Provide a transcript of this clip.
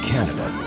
Canada